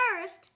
First